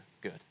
good